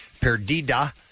Perdida